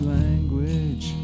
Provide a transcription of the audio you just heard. language